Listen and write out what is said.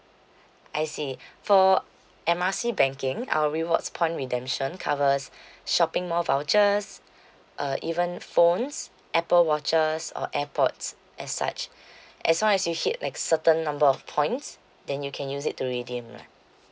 I see for M R C banking our rewards point redemption covers shopping mall vouchers uh even phones apple watches or airpods as such as long as you hit like certain number of points then you can use it to redeem lah